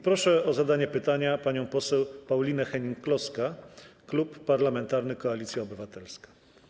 Proszę o zadanie pytania panią poseł Paulinę Hennig-Kloskę, Klub Parlamentarny Koalicja Obywatelska.